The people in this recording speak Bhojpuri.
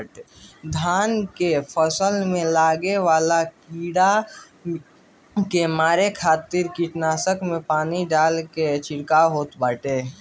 धान के फसल में लागे वाला कीड़ा के मारे खातिर कीटनाशक के पानी में डाल के छिड़काव होत बाटे